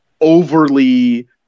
overly